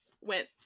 went